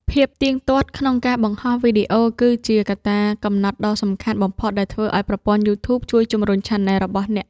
ភាពទៀងទាត់ ក្នុងការបង្ហោះវីដេអូ គឺជាកត្តាកំណត់ដ៏សំខាន់បំផុតដែលធ្វើឱ្យប្រព័ន្ធ យូធូប ជួយជម្រុញឆានែលរបស់អ្នក។